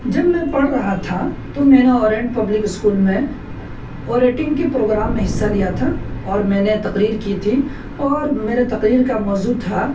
جب میں پڑھ رہا تھا تو میں نے آرینٹ پبلک اسکول میں اوریٹنگ کے پروگرام میں حصہ لیا تھا اور میں نے تقریر کی تھی اور میرے تقریر کا موضوع تھا